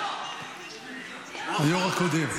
היו"ר הקודם.